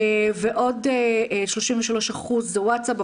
ועוד 33% וואטסאפ,